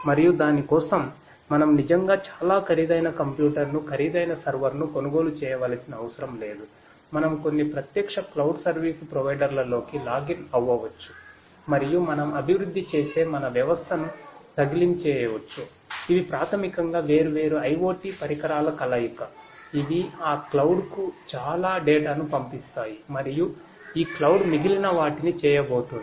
మరియు దాని కోసం మనం నిజంగా చాలా ఖరీదైన కంప్యూటర్ను ఖరీదైన సర్వర్ను కొనుగోలు చేయవలసిన అవసరం లేదు మనం కొన్ని ప్రత్యక్ష క్లౌడ్ మిగిలినవాటినిచేయబోతోంది